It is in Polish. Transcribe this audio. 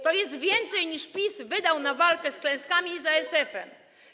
To jest więcej, niż PiS wydał na walkę z klęskami i z ASF.